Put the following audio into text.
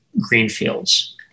greenfields